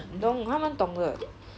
懂他们懂得